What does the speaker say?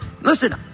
listen